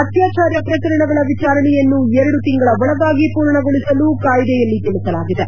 ಅತ್ಲಾಚಾರ ಪ್ರಕರಣಗಳ ವಿಚಾರಣೆಯನ್ನು ಎರಡು ತಿಂಗಳ ಒಳಗಾಗಿ ಪೂರ್ಣಗೊಳಿಸಲು ಕಾಯಿದೆಯಲ್ಲಿ ತಿಳಿಸಲಾಗಿದೆ